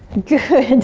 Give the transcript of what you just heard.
good